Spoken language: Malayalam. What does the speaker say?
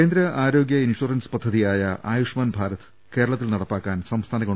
കേന്ദ്ര ആരോഗ്യ ഇൻഷുറൻസ് പദ്ധതിയായ ആയുഷ്മാൻ ഭാരത് കേരളത്തിൽ നടപ്പാക്കാൻ സംസ്ഥാന ഗവ